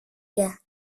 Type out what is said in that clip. breken